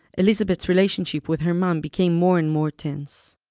elizabeth's relationship with her mom became more and more tense.